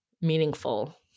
meaningful